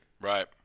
Right